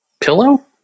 pillow